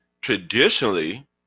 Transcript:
Traditionally